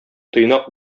тыйнак